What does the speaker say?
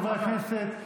חברי הכנסת,